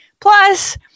Plus